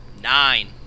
Nine